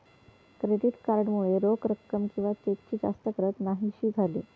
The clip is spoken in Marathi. क्रेडिट कार्ड मुळे रोख रक्कम किंवा चेकची जास्त गरज न्हाहीशी झाली